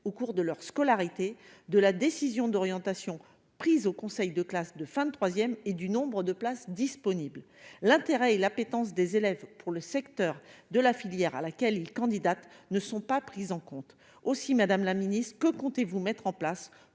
au cours de leur scolarité, sur la décision d'orientation prise au conseil de classe de fin de troisième et sur le nombre de places disponibles. L'intérêt et l'appétence des élèves pour la filière à laquelle ils candidatent ne sont pas pris en compte. Aussi, madame la ministre, que comptez-vous mettre en place